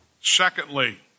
Secondly